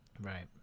Right